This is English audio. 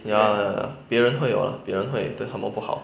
ya ya ya 别人会 [what] 别人会对他们不好